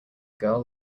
girl